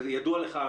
ידוע לך,